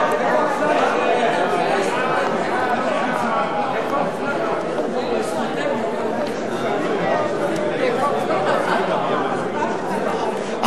הצעת סיעת קדימה להביע אי-אמון בממשלה לא נתקבלה.